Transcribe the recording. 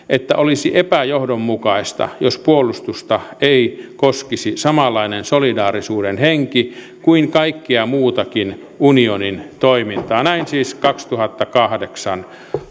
että olisi epäjohdonmukaista jos puolustusta ei koskisi samanlainen solidaarisuuden henki kuin kaikkea muutakin unionin toimintaa näin siis kaksituhattakahdeksan